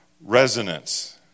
Resonance